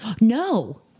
no